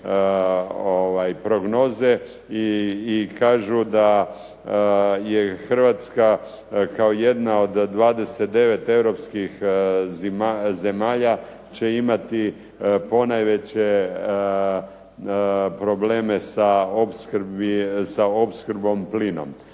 prognoze. I kažu da je Hrvatska kao jedna od 29 europskih zemalja će imati ponajveće probleme sa opskrbom plinom.